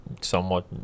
somewhat